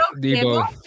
Debo